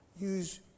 use